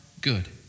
good